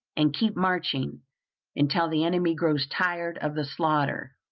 and keep marching until the enemy grows tired of the slaughter.